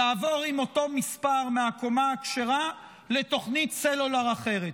יעבור עם אותו מספר מהקומה הכשרה לתוכנית סלולר אחרת.